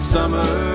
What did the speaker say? Summer